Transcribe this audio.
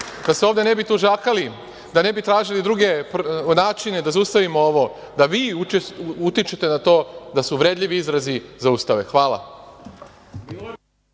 da se ovde ne bi tužakali, da ne bi tražili druge načine da zaustavimo ovo, da vi utičete na to da se uvredljivi izrazi zaustave. Hvala.